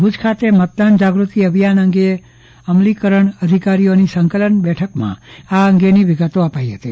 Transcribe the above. ભુજ ખાતે મતદાન જાગ્રતિ અભિયાન અંગે અમલીકરણ અધિકારીઓની સંકલન બેઠકમાં આ અંગેની વિગતો અપાઈ હતી